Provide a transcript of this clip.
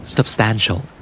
Substantial